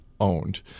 Owned